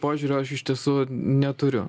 požiūrio aš iš tiesų neturiu